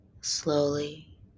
Slowly